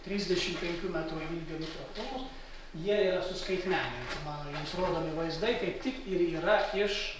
trisdešim penkių metrų ilgio mikrofilmus jie yra suskaitmeninti mano jums rodomi vaizdai kaip tik ir yra iš